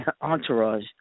entourage